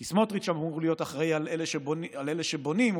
כי סמוטריץ' אמור להיות אחראי לאלה שבונים,